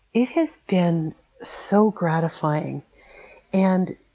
it has been so gratifying and,